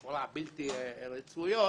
לכאורה הבלתי רצויות,